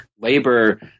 labor